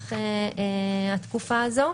במהלך התקופה הזו.